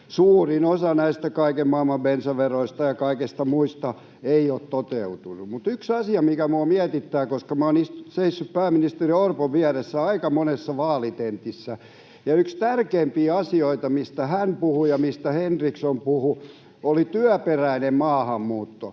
suurin osa näistä kaiken maailman bensaveroista ja kaikista muista ei ole toteutunut. Mutta on yksi asia, mikä minua mietityttää: Minä olen seissyt pääministeri Orpon vieressä aika monessa vaalitentissä, ja yksi tärkeimpiä asioista, mistä hän puhui ja mistä Henriksson puhui, oli työperäinen maahanmuutto,